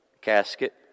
casket